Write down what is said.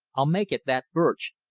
i'll make it that birch.